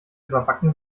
überbacken